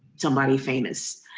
somebody famous